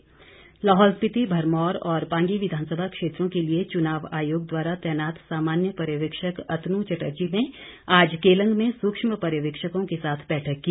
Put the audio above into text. पर्यवेक्षक लाहौल स्पीति भरमौर और पांगी विधानसभा क्षेत्रों के लिए चुनाव आयोग द्वारा तैनात सामान्य पर्यवेक्षक अतनू चटर्जी ने आज केलंग में सूक्ष्म पर्यवेक्षकों के साथ बैठक की